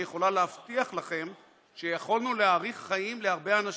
אני יכולה להבטיח לכם שיכולנו להאריך חיים להרבה אנשים.